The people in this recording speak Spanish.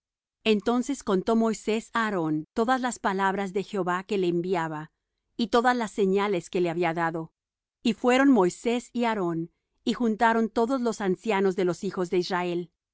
entonces contó moisés á aarón todas las palabras de jehová que le enviaba y todas las señales que le había dado y fueron moisés y aarón y juntaron todos los ancianos de los hijos de israel